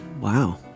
Wow